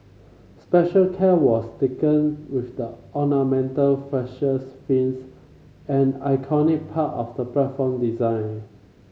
special care was taken with the ornamental fascia fins an iconic part of the platform design